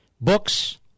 Books